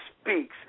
speaks